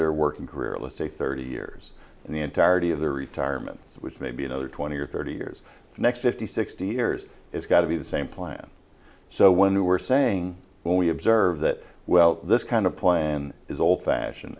their working career let's say thirty years and the entirety of their retirement which may be another twenty or thirty years the next fifty sixty years it's got to be the same plan so when we were saying well we observe that well this kind of plan is old fashioned